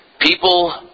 people